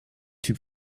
typ